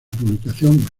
publicación